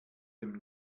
dem